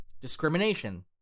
discrimination